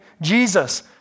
Jesus